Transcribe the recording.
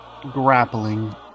grappling